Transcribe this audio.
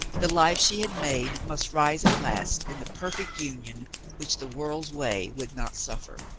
the life she had made must rise at last in the perfect union which the world's way would not suf fer.